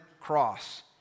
cross